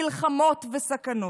מלחמות וסכנות,